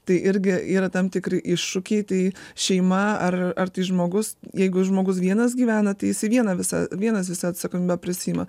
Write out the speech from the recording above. tai irgi yra tam tikri iššūkiai tai šeima ar ar tai žmogus jeigu žmogus vienas gyvena tai jisai vieną visą vienas visą atsakomybę prisiima